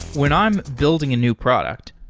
when i'm building a new product,